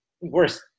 Worse